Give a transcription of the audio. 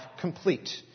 complete